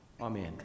Amen